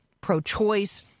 pro-choice